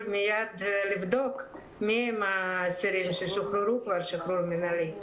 לבדוק מיהם האסירים ששוחררו כבר שחרור מינהלי,